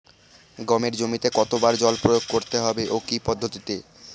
গমের জমিতে কতো বার জল প্রয়োগ করতে হবে ও কি পদ্ধতিতে?